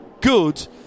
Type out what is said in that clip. good